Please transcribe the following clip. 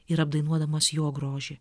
ir apdainuodamas jo grožį